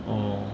oh